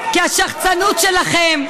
כי השחצנות שלכם,